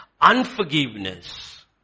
Unforgiveness